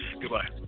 Goodbye